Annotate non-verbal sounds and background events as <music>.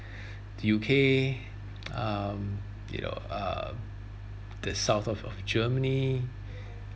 <breath> the U_K um you know uh the south of of germany <breath>